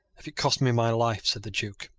if it costs me my life, said the duke,